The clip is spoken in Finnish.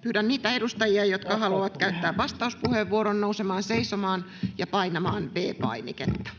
pyydän niitä edustajia, jotka haluavat käyttää vastauspuheenvuoron, nousemaan seisomaan ja painamaan V-painiketta.